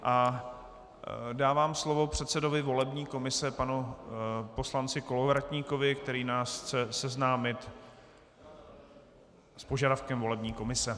A dávám slovo předsedovi volební komise panu poslanci Kolovratníkovi, který nás chce seznámit s požadavkem volební komise.